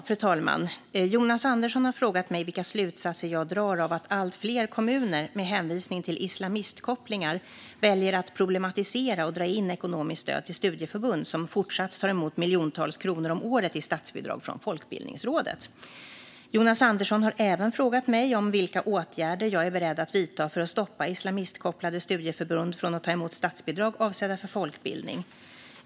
Fru talman! Jonas Andersson har frågat mig vilka slutsatser jag drar av att allt fler kommuner, med hänvisning till islamistkopplingar, väljer att problematisera och dra in ekonomiskt stöd till studieförbund som fortsatt tar emot miljontals kronor om året i statsbidrag från Folkbildningsrådet. Jonas Andersson har även frågat mig om vilka åtgärder jag är beredd att vidta för att stoppa islamistkopplade studieförbund från att ta emot statsbidrag avsedda för folkbildning.